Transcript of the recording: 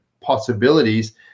possibilities